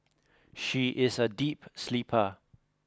she is a deep sleeper